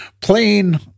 plain